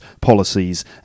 policies